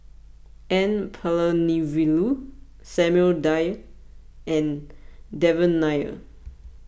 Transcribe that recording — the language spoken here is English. N Palanivelu Samuel Dyer and Devan Nair